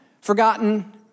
forgotten